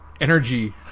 energy